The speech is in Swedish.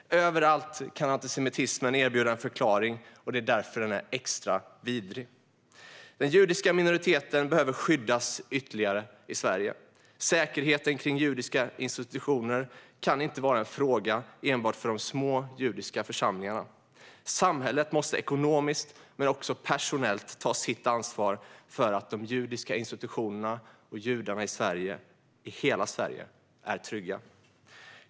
Överallt kan antisemitismen erbjuda en förklaring, och det är därför den är extra vidrig. Den judiska minoriteten i Sverige behöver skyddas ytterligare. Säkerheten vid judiska institutioner kan inte vara en fråga för enbart de små judiska församlingarna. Samhället måste ekonomiskt men också personellt ta sitt ansvar för att de judiska institutionerna och judarna i hela Sverige är trygga.